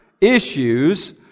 issues